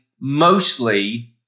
mostly